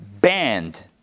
banned